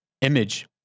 image